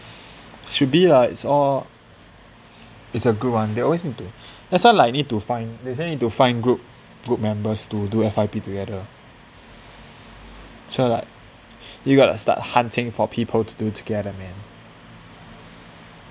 should be lah like it's all it's by group one they always they always need to that's what like need to find they say need to find group group members to do F_Y_P together so like you gotta start hunting for people to do together man